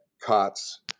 COTS